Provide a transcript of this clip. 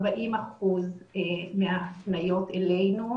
40% מההפניות אלו,